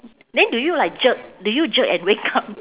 then do you like jerk do you jerk and wake up